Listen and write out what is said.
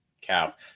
calf